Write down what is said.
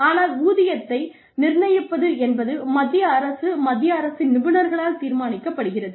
ஆனால் ஊதியத்தை நிர்ணயிப்பது என்பது மத்திய அரசு மத்திய அரசின் நிபுணர்களால் தீர்மானிக்கப்படுகிறது